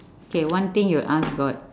okay one thing you ask God